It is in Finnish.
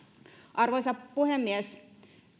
arvoisa puhemies